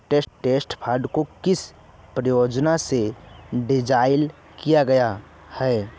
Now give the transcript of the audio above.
Trust fund को किस प्रयोजन से डिज़ाइन किया गया है?